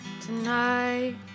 Tonight